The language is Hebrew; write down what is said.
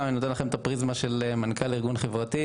סתם אני נותן לכם את הפריזמה של מנכ"ל לארגון חברתי,